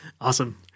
Awesome